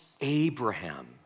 Abraham